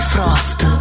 Frost